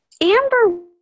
Amber